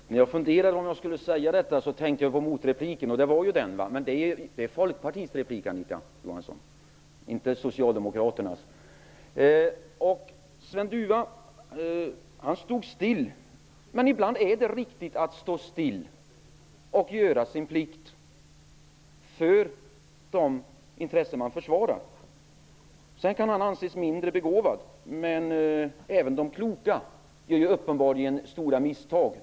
Herr talman! När jag funderade på om jag skulle säga detta tänkte jag på den motrepliken. Men det är Folkpartiets replik, Anita Johansson, inte Sven Dufva stod still. Men ibland är det riktigt att stå still och göra sin plikt för de intressen man försvarar. Han kan anses mindre begåvad, men även de kloka gör uppenbarligen stora misstag.